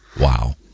Wow